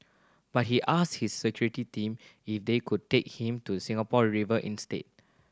but he asked his security team if they could take him to Singapore River instead